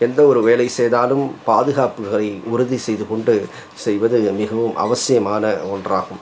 எந்தவொரு வேலை செய்தாலும் பாதுகாப்புகளை உறுதி செய்துக்கொண்டு செய்வது மிகவும் அவசியமான ஒன்றாகும்